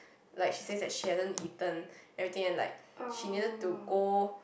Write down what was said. like she says she hasn't eaten everything and like she needed to go